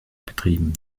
betrieben